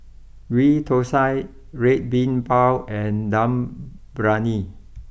Ghee Thosai Red Bean Bao and Dum Briyani